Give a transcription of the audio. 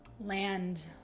land